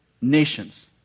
nations